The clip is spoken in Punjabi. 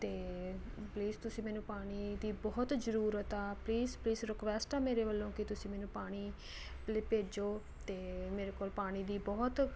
ਅਤੇ ਪਲੀਜ਼ ਤੁਸੀਂ ਮੈਨੂੰ ਪਾਣੀ ਦੀ ਬਹੁਤ ਜ਼ਰੂਰਤ ਆ ਪਲੀਜ਼ ਪਲੀਜ਼ ਰਿਕੁਐਸਟ ਆ ਮੇਰੇ ਵੱਲੋਂ ਕਿ ਤੁਸੀਂ ਮੈਨੂੰ ਪਾਣੀ ਭੇਜੋ ਅਤੇ ਮੇਰੇ ਕੋਲ ਪਾਣੀ ਦੀ ਬਹੁਤ